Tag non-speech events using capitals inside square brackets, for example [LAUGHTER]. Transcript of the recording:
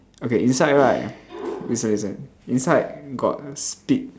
okay inside right [NOISE] listen listen inside got spit